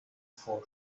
for